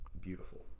beautiful